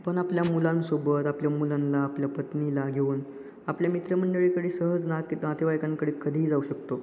आपण आपल्या मुलांसोबत आपल्या मुलांना आपल्या पत्नीला घेऊन आपल्या मित्रमंडळीकडे सहज ना की नातेवाईकांकडे कधीही जाऊ शकतो